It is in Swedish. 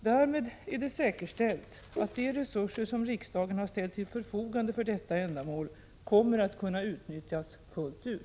Därmed är det säkerställt att de resurser som riksdagen har ställt till förfogande för detta ändamål kommer att kunna utnyttjas fullt ut.